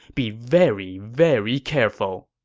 be very very careful!